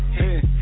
hey